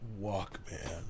Walkman